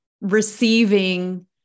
receiving